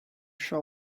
sri